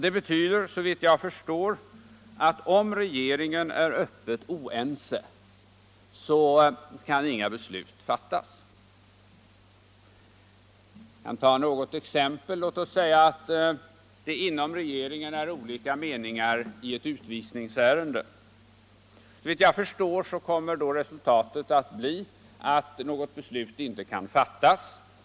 Det betyder, såvitt jag förstår, att om regeringen är öppet oense kan inga beslut fattas. Jag kan ta ett exempel. Låt oss säga att det inom regeringen är olika meningar i ett utvisningsärende. Såvitt jag förstår kommer då resultatet att bli att något beslut inte kan fattas.